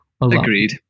agreed